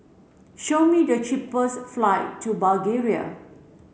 show me the cheapest flight to Bulgaria